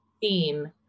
theme